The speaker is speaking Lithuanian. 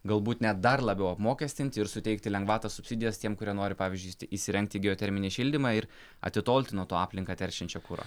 galbūt net dar labiau apmokestinti ir suteikti lengvatą subsidijas tiem kurie nori pavyzdžiui įsirengti geoterminį šildymą ir atitolti nuo to aplinką teršiančio kuro